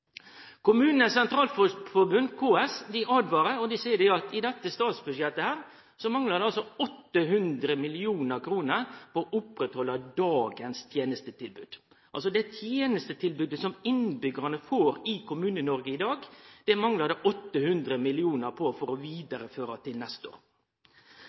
at dette statsbudsjettet manglar 800 mill. kr for å oppretthalde dagens tenestetilbod. Det tenestetilbodet som innbyggjarane får i Kommune-Noreg i dag, manglar 800 mill. kr for å